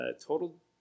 total